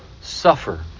suffer